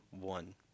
one